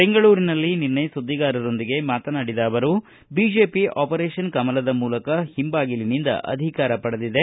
ಬೆಂಗಳೂರಿನಲ್ಲಿ ನಿನ್ನೆ ಸುದ್ವಿಗಾರರೊಂದಿಗೆ ಮಾತನಾಡಿದ ಅವರು ಬಿಜೆಪಿ ಆಪರೇಶನ್ ಕಮಲದ ಮೂಲಕ ಹಿಂಬಾಗಿಲಿನಿಂದ ಅಧಿಕಾರ ಪಡೆದಿದೆ